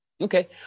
Okay